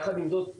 יחד עם זאת,